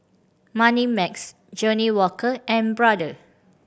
Moneymax Johnnie Walker and Brother